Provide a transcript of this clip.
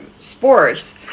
sports